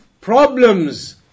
problems